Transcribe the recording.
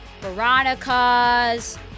Veronica's